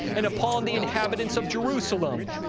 and upon the inhabitants of jerusalem,